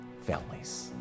families